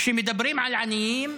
כשמדברים על עניים,